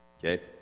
Okay